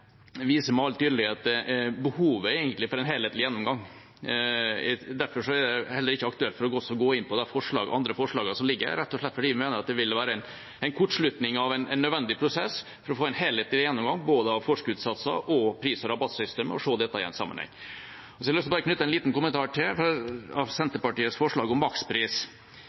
det heller ikke aktuelt for oss å gå inn på de andre forslagene som ligger her, rett og slett fordi vi mener det ville være en kortslutning av en nødvendig prosess for å få en helhetlig gjennomgang av både forskuddssatser og pris- og rabattsystemet og se dette i en sammenheng. Så har jeg lyst til bare å knytte en liten kommentar til Senterpartiets forslag om makspris.